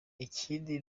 ikindi